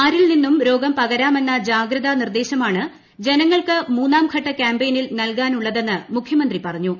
ആരിൽ നിന്നും രോഗം പകരാമെന്ന ജ്യ്ഗുതാ നിർദ്ദേശമാണ് ജനങ്ങൾക്ക് മൂന്നാം ഘട്ട ക്യാമ്പ്പെയ്നിൽ നൽകാനുള്ളതെന്ന് മുഖ്യമന്ത്രി പറഞ്ഞു